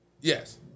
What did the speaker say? Yes